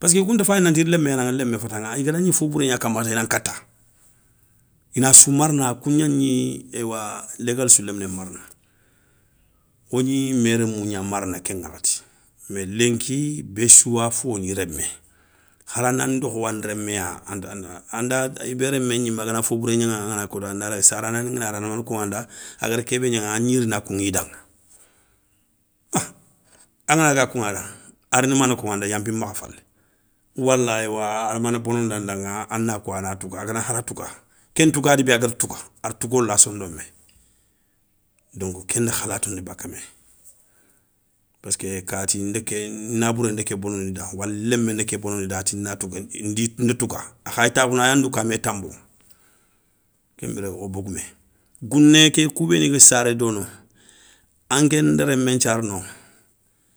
peski kounta fayini nanti lémé yanaŋa, lémé fétaŋa i ga na gni fo bouré gna kama nta i na nkata. I na sou marna kou gna gni éywa légalé sou léminé marana, o gni mé rémou gna marana kén ŋakhati mé lenki bé sou ya foni rémé haranan dokho wandé réméya anda i bé rémé gnimé agana fo bouré gnaŋaŋa angan kotou anda rayi, sarana ngana ri ana mané koŋanda, a gada kébé gna agni rina koŋidaŋa, ah a ngana daga koŋada arini mané koŋanda yanpi makha falé. Wala éywa ada mané bonondandaŋa ana ko ana touga agana hara touga ké ntougadi bé agada touga, ada tougo la sondomé donko kenda kha latondi baka mé. paski kati nda ké nabouré nda ké bonondida wala lémé nda ké bonondi da ati na touga, nda touga a khayi takhounou a ya ndouka a mé tanbo. Kenbiré wo bogoumé. gouné ké kou béni ga saré no, ankénda rémé nthiara no.